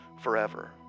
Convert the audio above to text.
forever